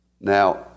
Now